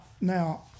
Now